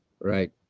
right